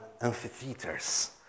amphitheaters